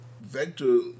Vector